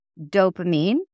Dopamine